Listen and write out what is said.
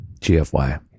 gfy